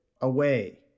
away